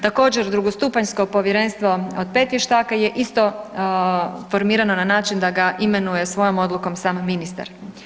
Također drugostupanjskog povjerenstvo od 5 vještaka je isto formirano na način da ga imenuje svojom odlukom sam ministar.